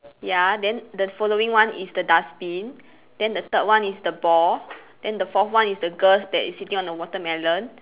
ya then the following one is the dustbin then the third one is the ball then the fourth one is the girl that is sitting on the watermelon